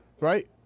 right